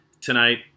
tonight